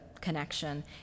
connection